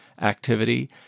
activity